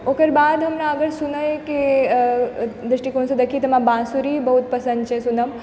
ओकर बाद अगर हमरा सुनैके दृष्टिकोणसँ देखि तऽ हमरा बाँसुरी बहुत पसन्द छै सुनैमे